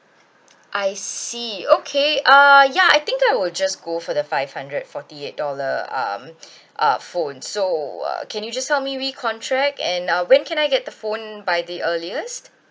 I see okay uh ya I think I will just go for the five hundred forty eight dollar um uh phone so uh can you just help me recontract and uh when can I get the phone by the earliest